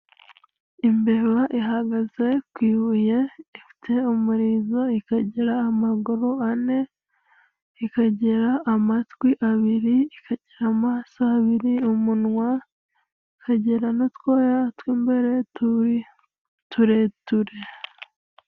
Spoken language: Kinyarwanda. Imbeba ihagaze ku ibuye, ifite umurizo, ikagira amagure ane, ikagira amatwi abiri, ikagira amaso abiri, umunwa, ikagira n'utwoya tw'imbere tureture.